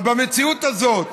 אבל במציאות הזאת,